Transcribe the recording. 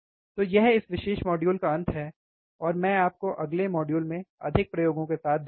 तो यह इस विशेष मॉड्यूल का अंत है और मैं आपको अगले मॉड्यूल में अधिक प्रयोगों के साथ देखूँगा